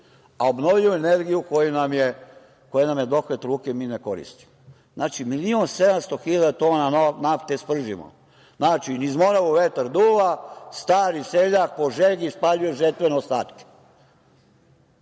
a obnovljivu energiju, koja nam je na dohvat ruke, mi ne koristimo. Znači, milion 700 hiljada tona nafte spržimo. Znači, niz Moravu vetar duva, stari seljak po želji spaljuje žetvene ostatke.